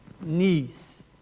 knees